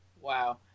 Wow